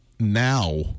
Now